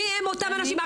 מי אותם אנשים?